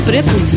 Preto